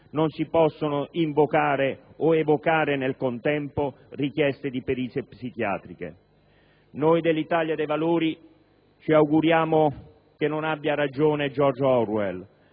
non si possono invocare o evocare al contempo richieste di perizie psichiatriche. Noi dell'Italia dei Valori ci auguriamo che non abbia ragione George Orwell,